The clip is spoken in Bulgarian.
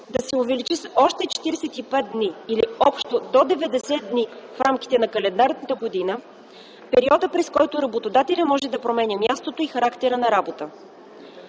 да се увеличи с още 45 дни, или общо до 90 дни в рамките на календарната година, периодът, през който работодателят може да променя мястото и характера на работата.